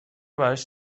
براش